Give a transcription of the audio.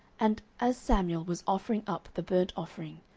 and as samuel was offering up the burnt offering,